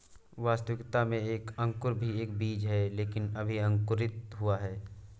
वास्तविकता में एक अंकुर भी एक बीज है लेकिन अभी अंकुरित हुआ है